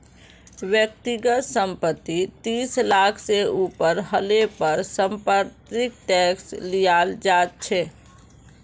व्यक्तिगत संपत्ति तीस लाख से ऊपर हले पर समपत्तिर टैक्स लियाल जा छे